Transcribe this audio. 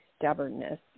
stubbornness